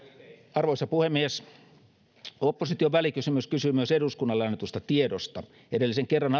arvoisa puhemies opposition välikysymys kysyy myös eduskunnalle annetusta tiedosta edellisen kerran